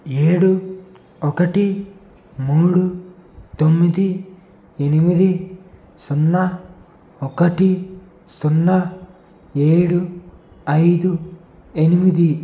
ఏడు ఒకటి మూడు తొమ్మిది ఎనిమిది సున్నా ఒకటి సున్నా ఏడు ఐదు ఎనిమిది